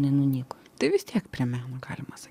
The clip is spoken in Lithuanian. nenunyko tai vis tiek prie meno galima sa